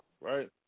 right